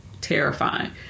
terrifying